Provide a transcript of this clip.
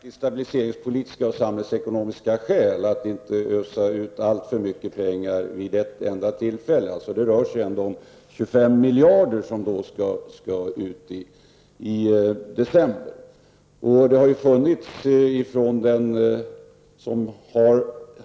Fru talman! Det finns faktiskt stabiliseringspolitiska och samhällsekonomiska skäl att inte ösa ut alltför mycket pengar vid ett enda tillfälle. Det rör sig ändå om 25 miljarder som skall ut i december.